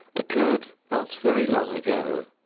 occurred, not very long ago,